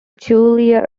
julia